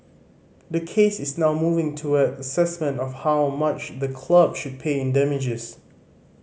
the case is now moving towards assessment of how much the club should pay in damages